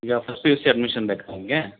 ಈಗ first P U C admission ಬೇಕಾ ನಿನಗೆ